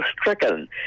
stricken